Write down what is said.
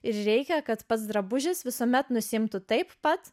ir reikia kad pats drabužis visuomet nusiimtų taip pat